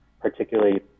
particularly